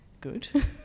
good